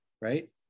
right